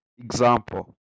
Example